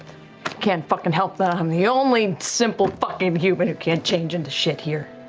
can't fucking help that i'm the only simple fucking human who can't change into shit here.